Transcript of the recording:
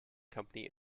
company